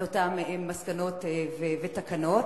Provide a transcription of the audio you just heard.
אותן מסקנות ותקנות,